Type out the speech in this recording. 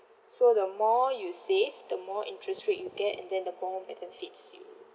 so the more you save the more interest rate you get and then the more benefits you